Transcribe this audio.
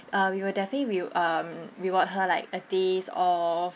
uh we will definitely will um reward her like a days off